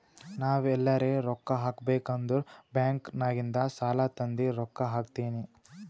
ನಾವ್ ಎಲ್ಲಾರೆ ರೊಕ್ಕಾ ಹಾಕಬೇಕ್ ಅಂದುರ್ ಬ್ಯಾಂಕ್ ನಾಗಿಂದ್ ಸಾಲಾ ತಂದಿ ರೊಕ್ಕಾ ಹಾಕ್ತೀನಿ